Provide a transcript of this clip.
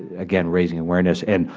again, raising awareness. and